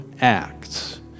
Acts